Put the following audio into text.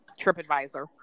TripAdvisor